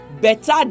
better